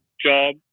job